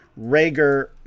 Rager